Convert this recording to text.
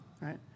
right